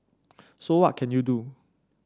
so what can you do